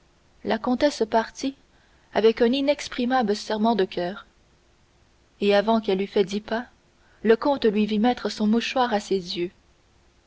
la comtesse partit avec un inexprimable serrement de coeur et avant qu'elle eût fait dix pas le comte lui vit mettre son mouchoir à ses yeux